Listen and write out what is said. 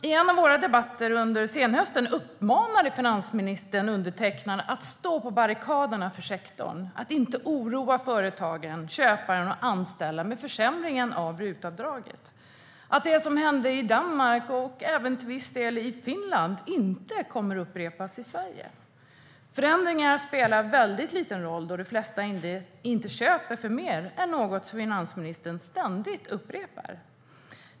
I en av våra debatter under senhösten uppmanade finansministern undertecknad att stå på barrikaderna för sektorn, att inte oroa företagen, köparen och anställda med försämringen av RUT-avdraget, att det som hände i Danmark och även till viss del i Finland inte kommer att upprepas i Sverige. Förändringar spelar en liten roll eftersom de flesta inte köper för mer, är något som finansministern ständigt upprepar.